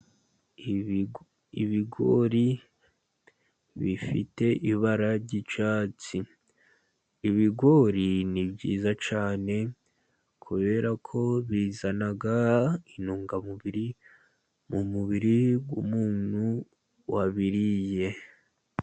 Ibigori bifite ibara ry' icyatsi. Ibigori ni byiza cyane kubera ko bizana intungamubiri mu mubiri w'umuntu wabiriye.